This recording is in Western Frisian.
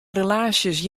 relaasjes